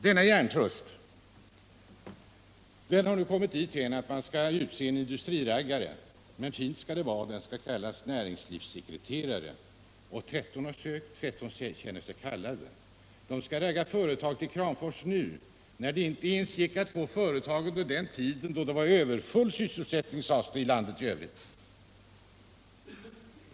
Denna hjärntrust har nu kommit dithän att den skall utse en industriraggare, men fint skall det vara och personen i fråga kallas näringslivssekretcerare. Tretton har sökt, tretton känner sig kallade. De skall ragga företag till Kramfors nu, trots att det inte ens gick att få företag dit under den tid då det sades vara överfull sysselsättning i landet i övrigt.